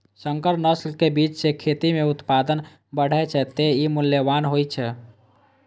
संकर नस्ल के बीज सं खेत मे उत्पादन बढ़ै छै, तें ई मूल्यवान होइ छै